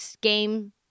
game